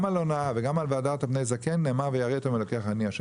גם על הונאה וגם על "והדרת פני זקן" נאמר "ויראת מאלוקיך אני השם",